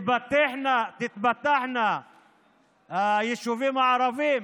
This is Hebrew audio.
יתפתחו היישובים הערבים,